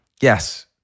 Yes